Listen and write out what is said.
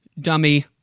dummy